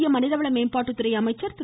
மத்திய மனிதவள மேம்பாட்டுத்துறை அமைச்சர் திரு